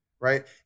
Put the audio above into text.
right